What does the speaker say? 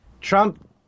Trump